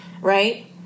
right